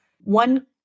One